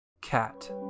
Cat